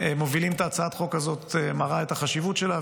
מובילים את הצעת החוק הזאת מראה את החשיבות שלה,